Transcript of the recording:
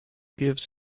gives